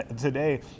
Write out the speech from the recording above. today